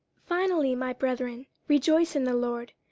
finally, my brethren, rejoice in the lord.